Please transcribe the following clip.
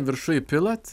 viršuj pilat